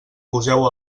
poseu